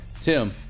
Tim